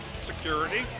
Security